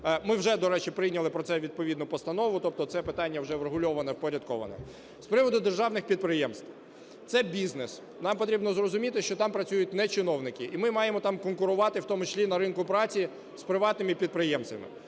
Ми вже, до речі, прийняли про це відповідну постанову, тобто це питання вже врегульоване, впорядковане. З приводу державних підприємств. Це бізнес. Нам треба зрозуміти, що там працюють не чиновники і ми маємо там конкурувати, в тому числі на ринку праці, з приватними підприємцями.